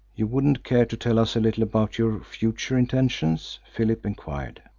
you wouldn't care to tell us a little about your future intentions? philip enquired.